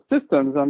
systems